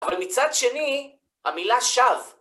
אבל מצד שני, המילה שווא.